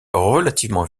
relativement